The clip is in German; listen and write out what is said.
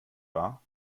wahr